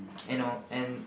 I know and